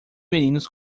meninos